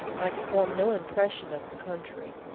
i could form no impression of the country,